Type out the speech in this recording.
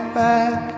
back